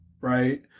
right